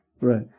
Right